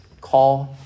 call